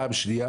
דבר שני,